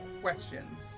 questions